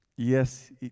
Yes